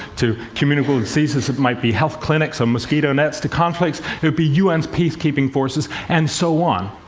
to communicable diseases, it might be health clinics or mosquito nets. to conflicts, it would be u n s peacekeeping forces, and so on.